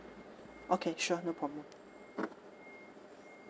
okay sure no problem